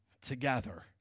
together